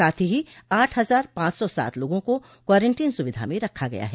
साथ ही आठ हजार पांच सौ सात लोगों को क्वारंटीन सुविधा में रखा गया है